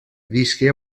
visqué